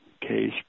case